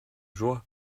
joie